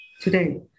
today